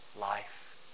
life